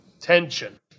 tension